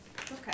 Okay